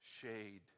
shade